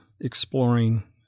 exploring